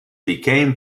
became